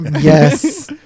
Yes